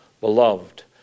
Beloved